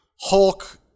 Hulk